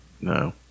No